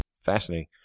Fascinating